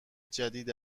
جدید